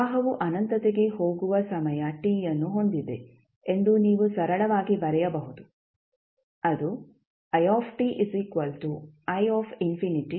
ಪ್ರವಾಹವು ಅನಂತತೆಗೆ ಹೋಗುವ ಸಮಯ t ಯನ್ನು ಹೊಂದಿದೆ ಎಂದು ನೀವು ಸರಳವಾಗಿ ಬರೆಯಬಹುದು ಅದು ಆಗಿದೆ